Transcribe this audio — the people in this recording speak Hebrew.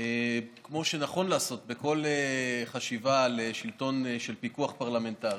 כמו שנכון לעשות בכל חשיבה על שלטון של פיקוח פרלמנטרי.